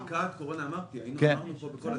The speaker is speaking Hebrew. אמרתי במשך כל הדיון.